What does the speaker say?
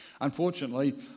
Unfortunately